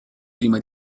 prima